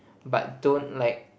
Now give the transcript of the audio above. but don't like